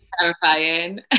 terrifying